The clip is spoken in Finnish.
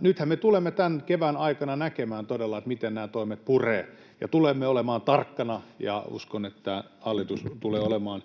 Nythän me tulemme tämän kevään aikana näkemään todella, miten nämä toimet purevat, ja tulemme olemaan tarkkana. Uskon, että hallitus tulee olemaan